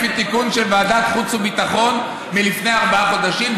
לפי תיקון של ועדת חוץ וביטחון מלפני ארבעה חודשים,